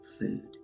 food